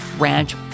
ranch